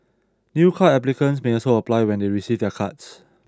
new card applicants may also apply when they receive their cards